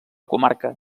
comarca